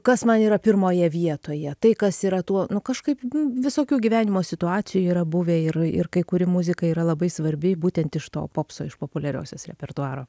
kas man yra pirmoje vietoje tai kas yra tuo nu kažkaip visokių gyvenimo situacijų yra buvę ir ir kai kuri muzika yra labai svarbi būtent iš to popso iš populiariosios repertuaro